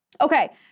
Okay